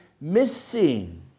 missing